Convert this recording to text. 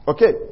Okay